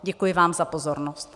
Děkuji vám za pozornost.